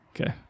Okay